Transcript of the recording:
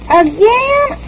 again